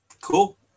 Cool